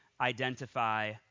identify